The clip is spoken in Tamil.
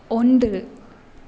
ஒன்று